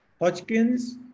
Hodgkin's